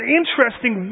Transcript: interesting